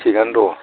थिगानो दं